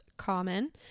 common